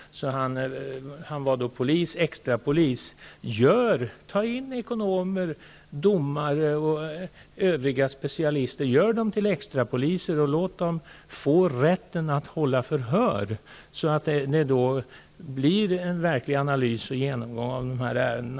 Han blev då extrapolis. Ta in ekonomer, domare och övriga specialister och gör dem till extrapoliser. Låt dem få rätten att hålla förhör, så att man får en verklig analys och genomgång av dessa ärenden.